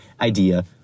idea